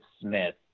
Smith